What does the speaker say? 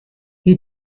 you